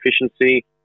efficiency